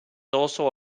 also